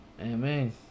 Amen